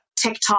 TikTok